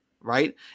right